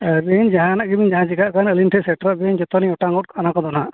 ᱟᱹᱵᱤᱱ ᱡᱟᱦᱟᱱᱟᱜ ᱜᱮᱵᱮᱱ ᱡᱟᱦᱟᱸ ᱪᱤᱠᱟᱹᱭ ᱠᱷᱟᱱ ᱟᱹᱞᱤᱧ ᱴᱷᱮᱱ ᱥᱮᱴᱮᱨᱚᱜ ᱵᱤᱱ ᱡᱚᱛᱚᱞᱤᱧ ᱚᱴᱟᱝ ᱜᱚᱫ ᱠᱟᱜᱼᱟ ᱚᱱᱟ ᱠᱚᱫᱚ ᱦᱟᱸᱜ